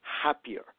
happier